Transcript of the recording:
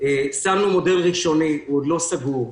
שמנו מודל ראשוני, הוא עוד לא סגור,